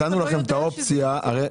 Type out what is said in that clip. הרי,